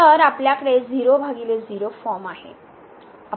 तर आपल्याकडे 00 फॉर्म आहे